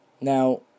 Now